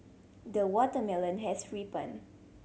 the watermelon has ripened